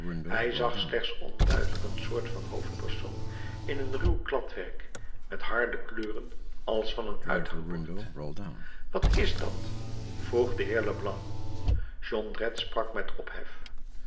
hij zag slechts onduidelijk een soort van hoofdpersoon in ruw kladwerk met harde kleuren als van een uithangbord wat is dat vroeg de heer leblanc jondrette sprak met ophef